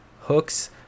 hooks